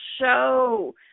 show